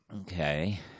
okay